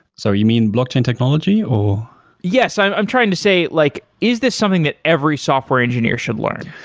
so you mean blockchain technology or yes. i'm i'm trying to say like is this something that every software engineer should learn?